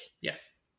Yes